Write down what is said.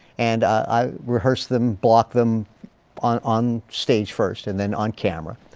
and i rehearsed them, blocked them on on stage first and then on camera.